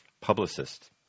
publicist